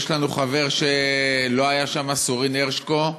יש לנו חבר שלא היה שם, סורין הרשקו,